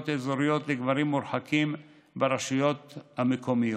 אזוריות לגברים מורחקים ברשויות המקומיות,